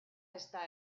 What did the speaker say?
está